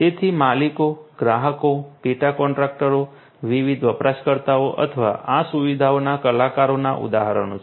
તેથી માલિકો ગ્રાહકો પેટા કોન્ટ્રાક્ટરો વિવિધ વપરાશકર્તાઓ અથવા આ સુવિધાઓના કલાકારોના ઉદાહરણો છે